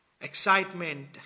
excitement